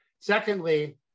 secondly